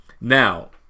Now